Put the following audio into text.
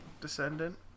descendant